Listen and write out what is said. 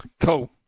Cool